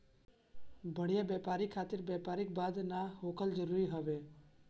बढ़िया व्यापार खातिर व्यापारिक बाधा ना होखल जरुरी हवे